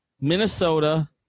Minnesota